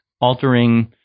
altering